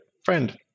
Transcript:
friend